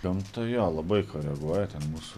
gamta jo labai koreguoja ten mūsų